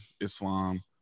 Islam